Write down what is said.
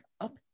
up